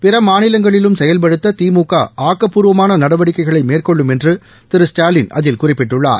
பிற மாநிலங்களிலும் செயல்படுத்த திமுக ஆக்கப்பூர்வமான நடவடிக்கைகளை மேற்கொள்ளும் என்று திரு ஸ்டாலின் அதில் குறிப்பிட்டுள்ளார்